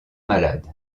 malade